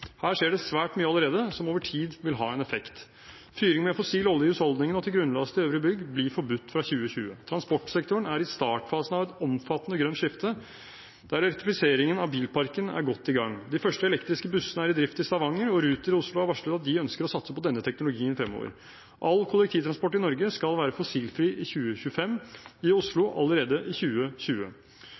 Her skjer det svært mye allerede som over tid vil ha en effekt. Fyring med fossil olje i husholdningene og til grunnlast i øvrige bygg blir forbudt fra 2020. Transportsektoren er i startfasen av et omfattende grønt skifte der elektrifiseringen av bilparken er godt i gang. De første elektriske bussene er i drift i Stavanger, og Ruter i Oslo har varslet at de ønsker å satse på denne teknologien fremover. All kollektivtransport i Norge skal være fossilfri i 2025, i Oslo allerede i 2020.